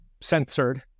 censored